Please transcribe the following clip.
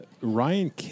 Ryan